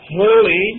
holy